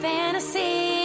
fantasy